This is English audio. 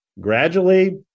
Gradually